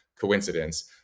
coincidence